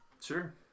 Sure